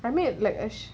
a bit like light ash